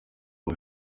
aba